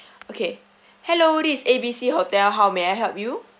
okay hello this is A B C hotel how may I help you